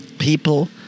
people